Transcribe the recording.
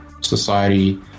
society